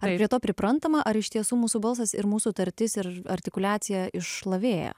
ar prie to priprantama ar iš tiesų mūsų balsas ir mūsų tartis ir artikuliacija išlavėja